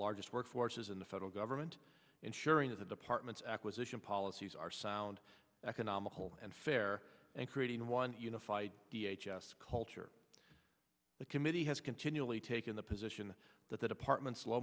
largest work forces in the federal government ensuring that the department's acquisition policies are sound economical and fair and creating one unified d h s s culture the committee has continually taken the position that the department's low